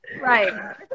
right